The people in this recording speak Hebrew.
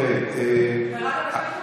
תקשיבי,